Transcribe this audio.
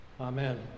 Amen